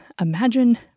Imagine